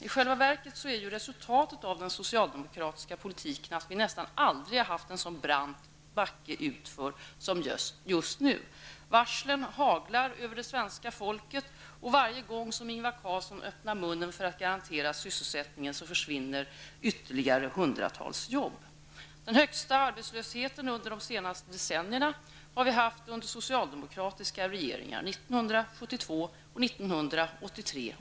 I själva verket är ju resultatet av den socialdemokratiska politiken att vi nästan aldrig har haft en så brant backe utför som just nu. Varslen haglar över den svenska folket, och varje gång som Ingvar Carlsson öppnar munnen för att garantera sysselsättningen försvinner ytterligare hundratals arbeten. Den största arbetslösheten under de senaste decennierna har vi haft under socialdemokratiska regeringar, 1972 och 1983.